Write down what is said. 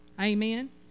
Amen